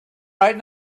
right